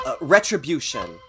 Retribution